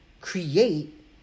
create